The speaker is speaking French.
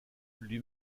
lui